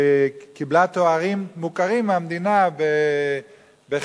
שקיבלה תארים מוכרים מהמדינה בחינוך,